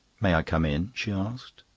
may i come in? she asked.